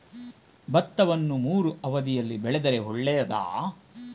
ಭತ್ತವನ್ನು ಮೂರೂ ಅವಧಿಯಲ್ಲಿ ಬೆಳೆದರೆ ಒಳ್ಳೆಯದಾ?